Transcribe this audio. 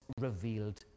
revealed